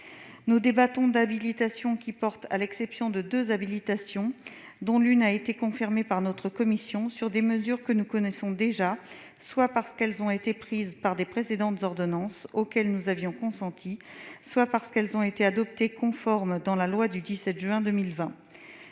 Nous débattons d'habilitations qui portent, à l'exception de deux d'entre elles- l'une a d'ailleurs été confirmée par notre commission -, sur des mesures que nous connaissons déjà : soit parce qu'elles ont été prises par de précédentes ordonnances auxquelles nous avions consenti, soit parce qu'elles ont été adoptées conformes dans la loi du 17 juin 2020.